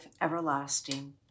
everlasting